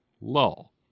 lull